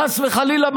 חס וחלילה,